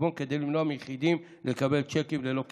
החשבון כדי למנוע מיחידים לקבל צ'קים ללא כיסוי.